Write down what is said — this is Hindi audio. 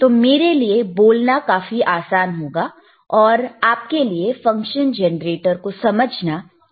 तो मेरे लिए बोलना काफी आसान होगा और आपके लिए फंक्शन जनरेटर को समझना भी आसान होगा